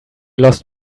lost